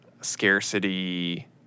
scarcity